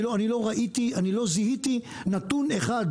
אני לא זיהיתי נתון אחד,